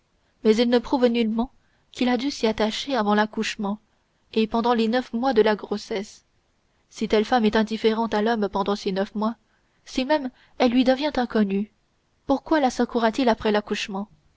mais il ne prouve nullement qu'il a dû s'y attacher avant l'accouchement et pendant les neuf mois de la grossesse si telle femme est indifférente à l'homme pendant ces neuf mois si même elle lui devient inconnue pourquoi la secourra t il après l'accouchement